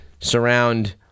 surround